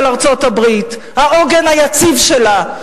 העוגן היציב שלה,